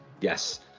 Yes